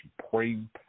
supreme